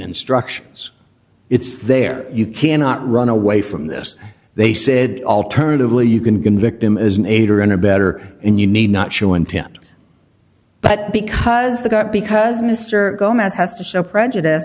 instructions it's there you cannot run away from this they said alternatively you can convict him as an aider and abettor and you need not show intent but because the got because mr gomez has to show prejudice